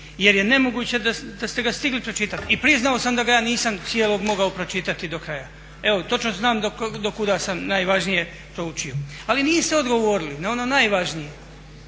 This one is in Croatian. jer je nemoguće da ste ga stigli pročitati. I priznao sam da ga ja nisam cijelog mogao pročitati do kraja. Evo točno znam do kuda sam najvažnije proučio. Ali niste odgovorili na ono najvažnije,